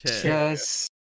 chest